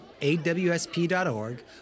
awsp.org